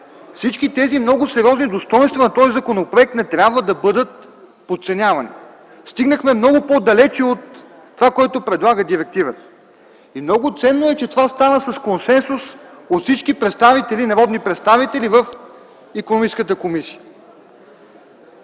Всички тези много сериозни достойнства на този законопроект не трябва да бъдат подценявани. Стигнахме много по далеч от това, което предлага директивата и много ценно е, че това стана с консенсус от всички народни представители в Икономическата комисия.